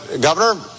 Governor